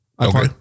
Okay